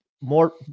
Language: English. more